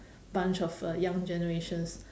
bunch of uh young generations